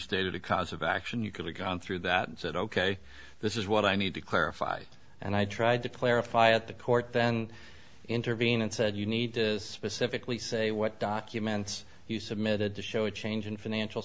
stated a cause of action you could have gone through that and said ok this is what i need to clarify and i tried to clarify it the court then intervened and said you need to specifically say what documents you submitted to show a change in financial